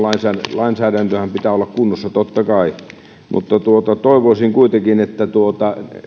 lainsäädännönhän pitää olla kunnossa totta kai toivoisin kuitenkin että